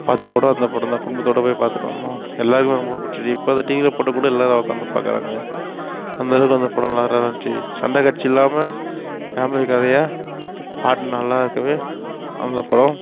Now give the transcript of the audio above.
பார்த்த படம் அந்த படந்தான் குடும்பத்தோடு போய் பார்த்துட்டு வந்தோம் எல்லோருக்குமே ரொம்ப பிடிச்சிது இப்போ அது டீவியில் போட்டால் கூட எல்லோரும் உக்காந்து பார்க்குறாங்க அந்தளவுக்கு அந்த படம் நல்லாயிருந்துச்சி சண்டை காட்சி இல்லாமல் ஃபேமிலி கதையாக பாட்டு நல்லாயிருக்கவே அந்த படம்